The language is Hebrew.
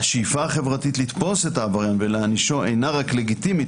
השאיפה החברתית לתפוס את העבריין ולהענישו אינה רק לגיטימית,